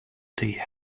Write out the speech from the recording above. tea